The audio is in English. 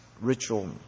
ritual